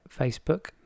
Facebook